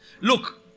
look